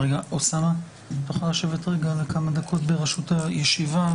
אוסאמה, תוכל לשבת כמה דקות בראשות הישיבה?